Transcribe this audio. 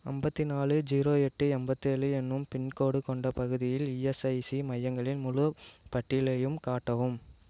ஐம்பத்தி நாலு ஜீரோ எட்டு எம்பத்தேழு என்னும் பின்கோடு கொண்ட பகுதியில் இஎஸ்ஐசி மையங்களின் முழுப் பட்டியலையும் காட்டவும்